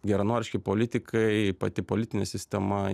geranoriški politikai pati politinė sistema